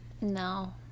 No